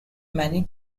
many